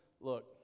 look